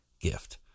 gift